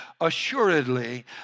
Assuredly